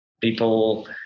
People